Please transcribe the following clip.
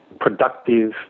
productive